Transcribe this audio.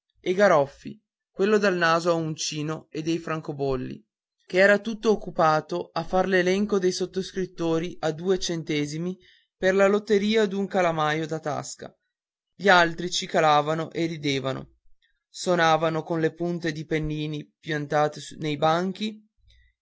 e garoffi quello del naso a uncino e dei francobolli che era tutto occupato a far l'elenco dei sottoscrittori a due centesimi per la lotteria d'un calamaio da tasca gli altri cicalavano e ridevano sonavano con punte di pennini piantate nei banchi